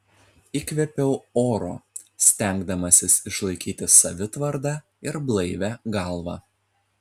įkvėpiau oro stengdamasis išlaikyti savitvardą ir blaivią galvą